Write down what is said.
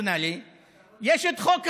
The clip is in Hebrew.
יש חוק החסינות,